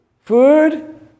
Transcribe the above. Food